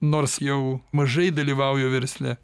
nors jau mažai dalyvauju versle